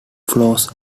flows